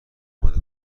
اماده